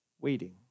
waiting